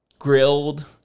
grilled